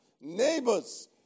neighbors